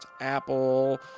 Apple